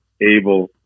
able